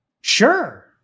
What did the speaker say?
sure